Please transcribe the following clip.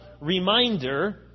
reminder